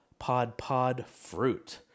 podpodfruit